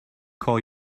call